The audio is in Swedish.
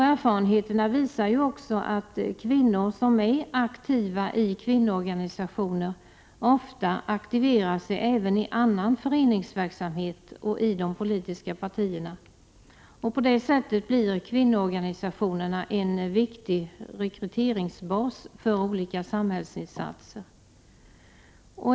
Erfarenheterna visar ju också att kvinnor som är aktiva i kvinnoorganisationer ofta aktiverar sig även i annan föreningsverksamhet och i de politiska partierna. På det sättet blir kvinnoorganisationerna en viktig rekryteringsbas för olika samhällsinsatser.